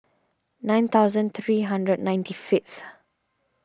nine thousand three hundred ninety fifth